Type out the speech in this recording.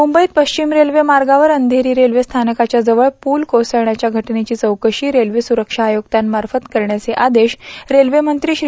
मुंबईत पश्चिम रेल्वे मार्गावर अंबेरी रेल्वे स्थानकाव्या जवळ पूल कोसळण्याच्या घटनेची चौकश्री रेल्वे सुरबा आयुक्तांमार्फत करण्याचे आदेश रेल्वेमंत्री श्री